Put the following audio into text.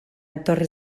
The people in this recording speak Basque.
etorri